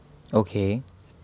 okay